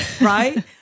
right